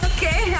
Okay